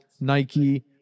Nike